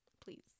please